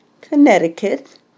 Connecticut